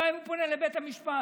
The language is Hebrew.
גם אם הוא פונה לבית המשפט.